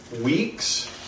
weeks